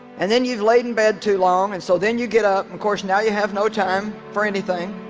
and then you've laid in bed too long. and so then you get up of course now, you have no time for anything